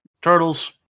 turtles